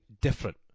different